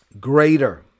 greater